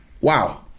wow